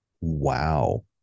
Wow